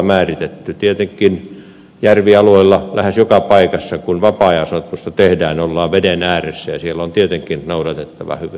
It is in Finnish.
tietenkin järvialueella lähes joka paikassa kun vapaa ajan asutusta tehdään ollaan veden ääressä ja siellä on tietenkin noudatettava hyvin suurta tasoa